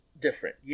different